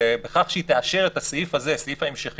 בכך שהיא תאשר את סעיף ההמשכיות,